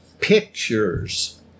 pictures